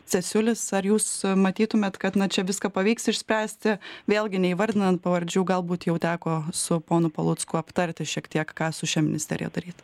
cesiulis ar jūs matytumėt kad na čia viską pavyks išspręsti vėlgi neįvardinant pavardžių galbūt jau teko su ponu palucku aptarti šiek tiek ką su šia ministerija daryt